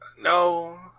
no